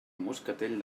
moscatell